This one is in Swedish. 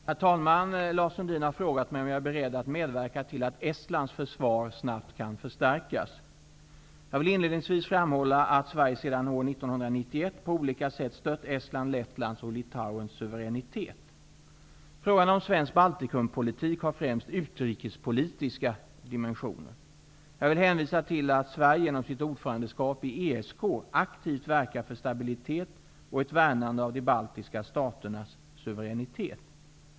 Herr talman! Lars Sundin har frågat mig om jag är beredd att medverka till att Estlands försvar snabbt kan förstärkas. Jag vill inledningsvis framhålla att Sverige sedan år 1991 på olika sätt stött Estlands, Lettlands och Frågan om svensk Baltikumpolitik har främst utrikespolitiska dimensioner. Jag vill hänvisa till att Sverige genom sitt ordförandeskap i ESK aktivt verkar för stabilitet och ett värnande av de baltiska staternas suveränitet.